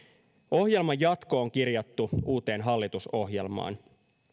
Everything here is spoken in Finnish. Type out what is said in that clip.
ohjelman jatko on kirjattu uuteen hallitusohjelmaan